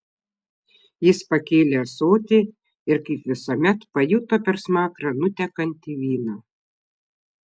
jis pakėlė ąsotį ir kaip visuomet pajuto per smakrą nutekantį vyną